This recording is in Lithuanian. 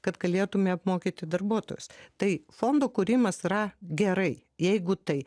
kad galėtume apmokyti darbuotojus tai fondų kūrimas yra gerai jeigu tai